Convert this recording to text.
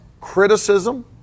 criticism